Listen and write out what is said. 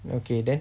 okay then